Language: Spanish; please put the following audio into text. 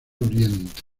oriente